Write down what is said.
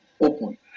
open